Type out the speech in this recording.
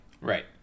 Right